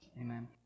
Amen